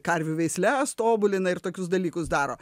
karvių veisles tobulina ir tokius dalykus daro